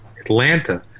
Atlanta